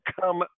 come